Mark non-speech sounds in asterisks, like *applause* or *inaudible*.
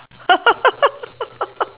*laughs*